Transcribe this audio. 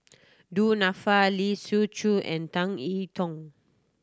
Du Nanfa Lee Siu Chiu and Tan E Tong